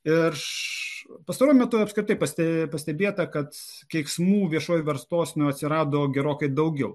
iš pastaruoju metu apskritai paste pastebėta kad keiksmų viešoj vartosenoj atsirado gerokai daugiau